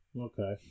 okay